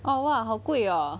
oh 哇好贵哦